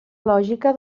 lògica